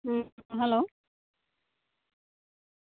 ᱦᱩᱸ ᱦᱮᱞᱳ